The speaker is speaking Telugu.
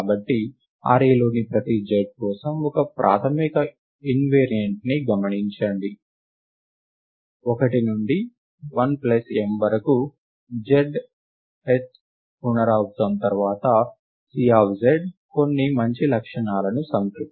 కాబట్టి అర్రే లోని ప్రతి z కోసం ఒక ప్రాథమిక ఇన్వెరియంట్ని గమనించండి 1 నుండి l ప్లస్ m వరకు zth పునరావృతం తర్వాత Cz కొన్ని మంచి లక్షణాలను సంతృప్తిపరుస్తుంది